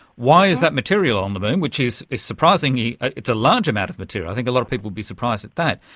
why is that material on the moon, which is surprisingly, it's a large amount of material, i think a lot of people would be surprised at that,